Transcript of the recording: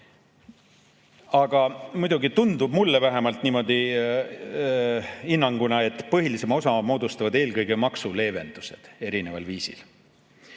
Aga muidugi tundub mulle vähemalt niimoodi hinnanguna, et põhilisema osa moodustavad eelkõige maksuleevendused erineval viisil.